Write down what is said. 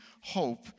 hope